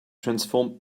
transform